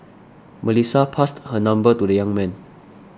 Melissa passed her number to the young man